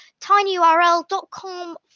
tinyurl.com